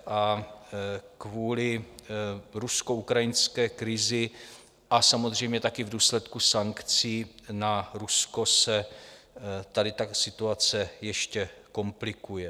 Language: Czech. A kvůli ruskoukrajinské krizi a samozřejmě také v důsledku sankcí na Rusko se tady ta situace ještě komplikuje.